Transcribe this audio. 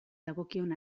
dagokion